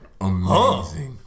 amazing